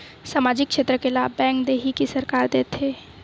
सामाजिक क्षेत्र के लाभ बैंक देही कि सरकार देथे?